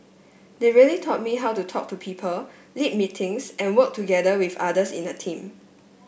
they really taught me how to talk to people lead meetings and work together with others in a team